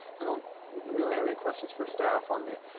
i don't really have any questions for staff on it,